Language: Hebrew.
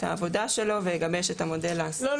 העבודה שלו ויגבש את המודל הסופי לא,